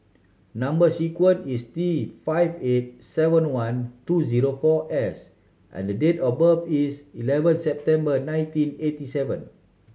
number sequence is T five eight seven one two zero four S and date of birth is eleven September nineteen eighty seven